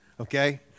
okay